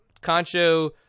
Concho